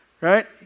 Right